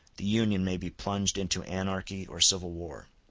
the union may be plunged into anarchy or civil war.